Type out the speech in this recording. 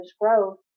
growth